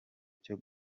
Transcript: cyo